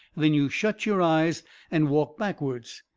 then you shut your eyes and walk backwards.